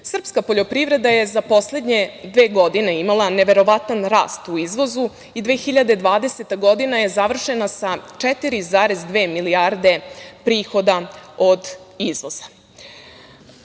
Kina. Srpska poljoprivreda je za poslednje dve godine imala neverovatan rast u izvozu i 2020. godina je završena sa 4,2 milijarde prihoda od izvoza. Udeo